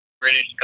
British